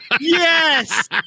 Yes